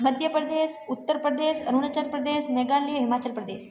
Madhya Pradesh Uttar Pradesh Arunachal Pradesh Meghalaya Himachal Pradesh